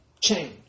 Change